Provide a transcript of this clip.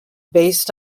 based